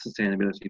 sustainability